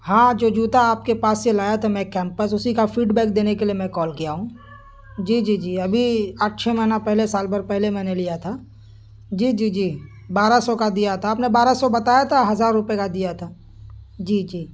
ہاں جو جوتا آپ کے پاس سے لایا تھا میں کیمپس اسی کا فیڈ بیک دینے کے لیے میں کال کیا ہوں جی جی جی ابھی آپ چھ مہینہ پہلے سال بھر پہلے میں نے لیا تھا جی جی جی بارہ سو کا دیا تھا آپ نے بارہ سو بتایا تھا ہزار روپیے کا دیا تھا جی جی